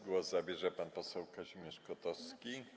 Głos zabierze pan poseł Kazimierz Kotowski.